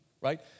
right